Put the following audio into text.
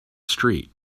street